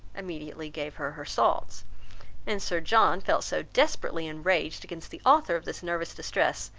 immediately gave her her salts and sir john felt so desperately enraged against the author of this nervous distress,